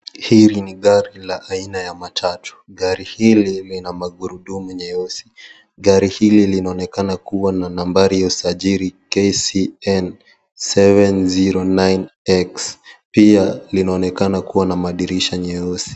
Hili ni gari aina ya matatu gari hili lina magurudumu meusi, gari hili linaonekana kuwa na nambari ya usajiri KCN709X pia linaonekana kuwa na madirisha meusi.